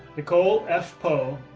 nicole f po,